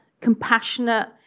compassionate